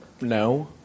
No